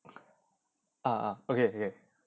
ah ah okay okay